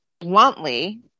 bluntly